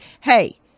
hey